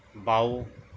বাও